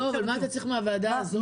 לא, אבל מה אתה צריך מהוועדה הזו?